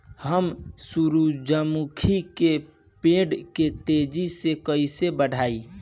हम सुरुजमुखी के पेड़ के तेजी से कईसे बढ़ाई?